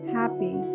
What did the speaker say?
happy